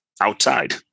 outside